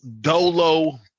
dolo